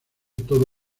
todo